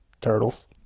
turtles